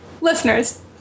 Listeners